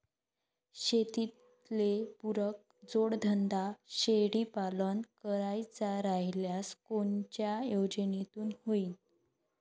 शेतीले पुरक जोडधंदा शेळीपालन करायचा राह्यल्यास कोनच्या योजनेतून होईन?